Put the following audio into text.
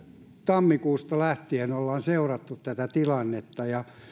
tammikuusta lähtien ollaan seurattu tätä tilannetta